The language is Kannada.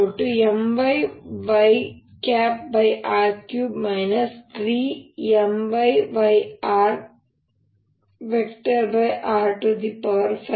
zzrr5 ಹಾಗಾಗಿ ಇದನ್ನು mx∂xrr3mxxr3 3m